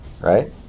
right